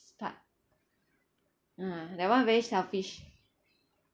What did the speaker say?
start ah that [one] very selfish